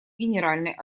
генеральной